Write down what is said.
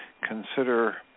consider